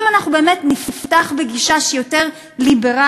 אם אנחנו באמת נפתח בגישה שהיא יותר ליברלית,